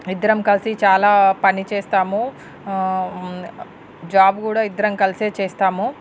ఇద్దరం కలిసి చాలా పని చేస్తాము జాబ్ కూడా ఇద్దరం కలిసే చేస్తాము